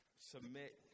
submit